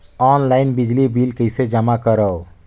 Online बिजली bill कइसे जमा करव?